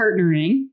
partnering